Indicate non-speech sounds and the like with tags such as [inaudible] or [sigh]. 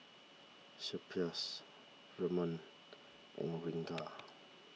Suppiah [noise] Ramnath and Ranga